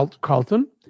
Carlton